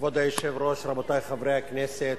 כבוד היושב-ראש, רבותי חברי הכנסת.